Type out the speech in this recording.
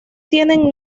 tienen